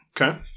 Okay